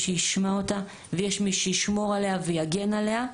שישמע אותה ויש מי שישמור עליו ויגן עליה.